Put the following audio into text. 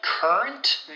Current